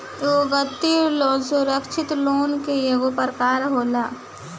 व्यक्तिगत लोन सुरक्षित लोन के एगो प्रकार होला